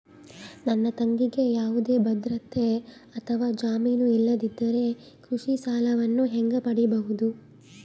ನನ್ನ ತಂಗಿಗೆ ಯಾವುದೇ ಭದ್ರತೆ ಅಥವಾ ಜಾಮೇನು ಇಲ್ಲದಿದ್ದರೆ ಕೃಷಿ ಸಾಲವನ್ನು ಹೆಂಗ ಪಡಿಬಹುದು?